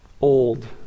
old